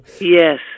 Yes